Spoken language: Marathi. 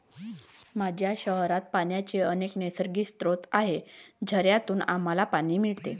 माझ्या शहरात पाण्याचे अनेक नैसर्गिक स्रोत आहेत, झऱ्यांतून आम्हाला पाणी मिळते